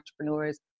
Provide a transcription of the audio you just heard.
entrepreneurs